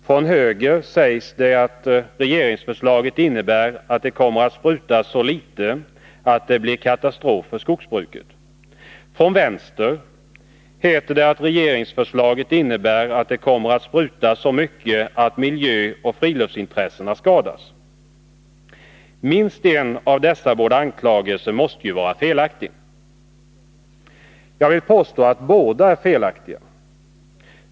Från höger sägs det att regeringsförslaget innebär att det kommer att sprutas så litet att det blir katastrof för skogsbruket. Från vänster heter det att regeringsförslaget innebär att det kommer att sprutas så mycket att miljöoch friluftsintressena skadas. Minst en av dessa båda anklagelser måste ju vara felaktig. Jag vill påstå att båda är felaktiga.